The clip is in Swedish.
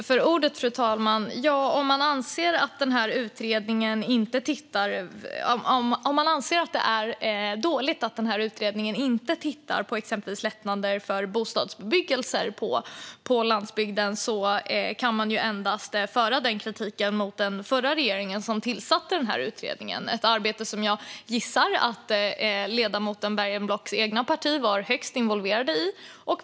Fru talman! Om man anser att det är dåligt att den här utredningen inte tittar på exempelvis lättnader för bostadsbyggande på landsbygden kan man rikta den kritiken endast mot den förra regeringen, som tillsatte utredningen - ett arbete som jag gissar att ledamoten Bergenblocks eget parti var högst involverat i.